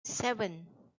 seven